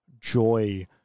joy